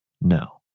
No